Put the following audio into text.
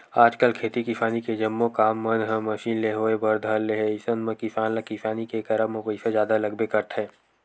आजकल खेती किसानी के जम्मो काम मन ह मसीन ले होय बर धर ले हे अइसन म किसान ल किसानी के करब म पइसा जादा लगबे करथे